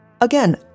Again